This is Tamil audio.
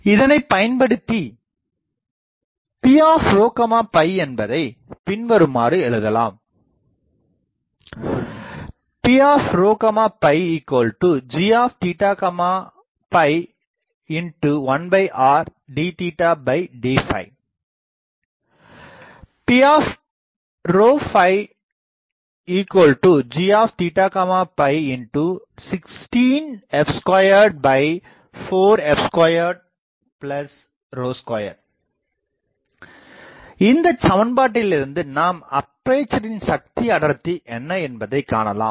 இதனைப்பயன்படுத்தி P என்பதைப் பின்வருமாறு எழுதலாம் Pg 1r dd Pg16f24f22 இந்தச் சமண்பாட்டிலிருந்து நாம் அப்பேசரில் சக்தி அடர்த்தி என்ன என்பதைக் காணலாம்